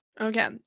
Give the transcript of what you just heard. okay